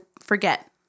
forget